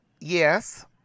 Yes